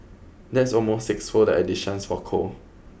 that's almost sixfold the additions for coal